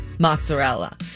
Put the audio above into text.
mozzarella